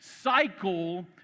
cycle